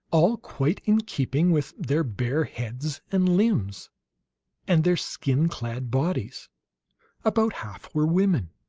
all quite in keeping with their bare heads and limbs and their skin-clad bodies about half were women.